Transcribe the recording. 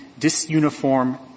disuniform